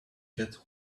get